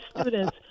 students